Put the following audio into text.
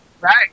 Right